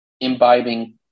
imbibing